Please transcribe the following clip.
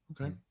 okay